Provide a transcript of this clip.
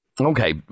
Okay